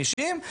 50,